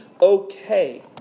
okay